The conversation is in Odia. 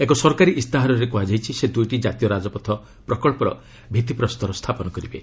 ଏକ ସରକାରୀ ଇସ୍ତାହାରରେ କୁହାଯାଇଛି ସେ ଦୁଇଟି ଜାତୀୟ ରାଜପଥ ପ୍ରକଳ୍ପର ଭିଭିପ୍ରସ୍ତର ସ୍ଥାପନ କରିବେ